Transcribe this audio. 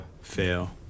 fail